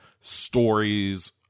stories